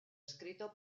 escrito